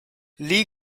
lee